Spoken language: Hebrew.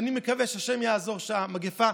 ואני מקווה שהשם יעזור והמגפה,